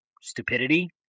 stupidity